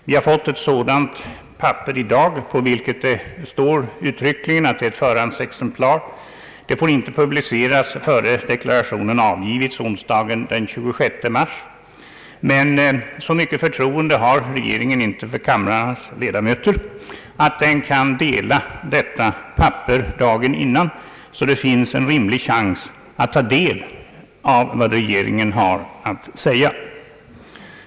Vi har fått ett sådant papper i dag, på vilket det uttryckligen står att det är ett förhandsexemplar; det får inte publiceras innan deklarationen avgivits onsdagen den 26 mars. Så mycket förtroende har regeringen dock inte för kamrarnas 1edamöter att den kan dela ut detta papper dagen före debatten, så att det finns en rimlig chans att ordentligt ta del av vad regeringen har att säga.